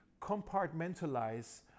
compartmentalize